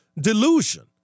delusion